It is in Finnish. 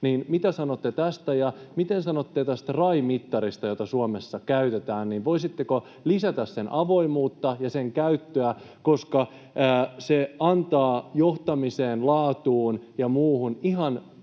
mitä sanotte tästä? Ja mitä sanotte tästä RAI-mittarista, jota Suomessa käytetään: voisitteko lisätä sen avoimuutta ja sen käyttöä? Se antaa johtamiseen, laatuun ja muuhun ihan